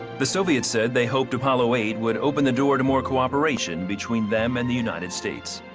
the soviet's said they hoped apollo eight would open the door to more cooperation between them and the united states.